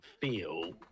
feel